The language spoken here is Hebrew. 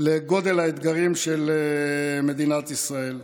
לגודל האתגרים של מדינת ישראל.